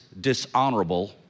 dishonorable